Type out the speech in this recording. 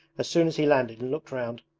as soon as he landed and looked round,